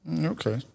Okay